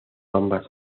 ambas